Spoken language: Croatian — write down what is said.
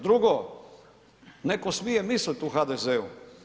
Drugo netko smije mislit u HDZ-u.